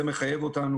זה מחייב אותנו